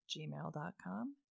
gmail.com